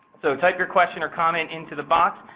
so type your question or comment into the box,